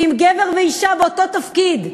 ואם גבר ואישה באותו תפקיד,